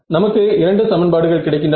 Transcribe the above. நமக்கு இரண்டு சமன்பாடுகள் கிடைக்கின்றன